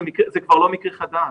זה כבר לא מקרה חדש,